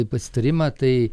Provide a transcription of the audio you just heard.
į pasitarimą tai